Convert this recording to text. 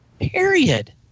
Period